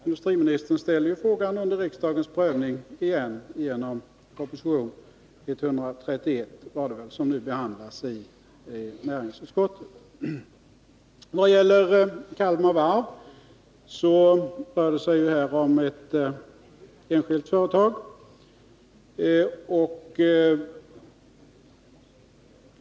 Industriministern ställer frågan under riksdagens prövning igen genom proposition 131 som nu behandlas i näringsutskottet. Kalmar Varv är ju ett enskilt företag.